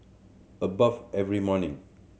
I bathe every morning